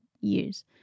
years